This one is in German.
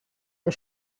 der